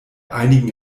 einigen